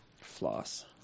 floss